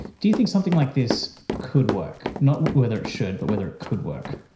do you think something like this could work, not whether it should but whether it could work?